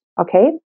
okay